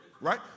Right